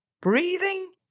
breathing